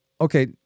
Okay